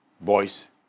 boys